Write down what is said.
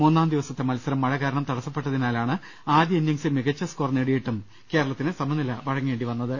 മൂന്നാം ദിവസത്തെ മത്സരം മഴ കാരണം തടസ്സപ്പെട്ടതിനാലാണ് ആദ്യ ഇന്നിംഗ്സിൽ മികച്ച സ്കോർ നേടി യിട്ടും കേരളത്തിന് സമനില വഴങ്ങേണ്ടി വന്നത്